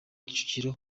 kicukiro